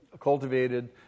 cultivated